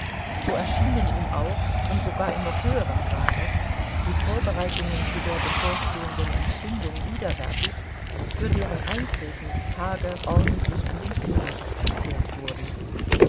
so erschienen ihm auch und sogar in noch höherem grade die vorbereitungen zu der bevorstehenden entbindung widerwärtig für deren eintreten die tage ordentlich an den fingern abgezählt wurden